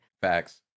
Facts